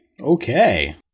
okay